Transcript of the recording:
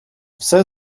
все